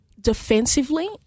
defensively